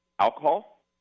alcohol